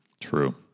True